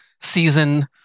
season